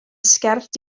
sgert